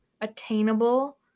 attainable